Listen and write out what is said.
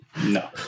no